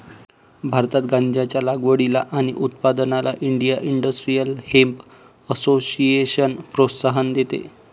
भारतात गांज्याच्या लागवडीला आणि उत्पादनाला इंडिया इंडस्ट्रियल हेम्प असोसिएशन प्रोत्साहन देते